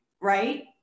right